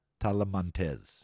Talamantes